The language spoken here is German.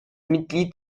mitglied